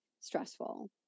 stressful